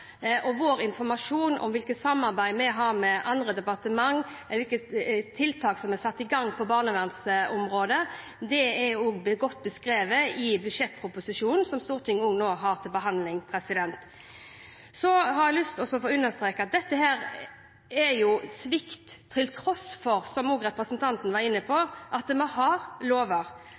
og vår informasjon om hvilket samarbeid vi har med andre departementer, hvilke tiltak som er satt i gang på barnevernsområdet, er også godt beskrevet i budsjettproposisjonen som Stortinget nå har til behandling. Jeg har lyst til å understreke at dette er svikt, til tross for – som representanten også var inne på – at vi har lover.